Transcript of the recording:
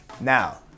Now